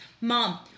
mom